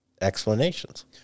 explanations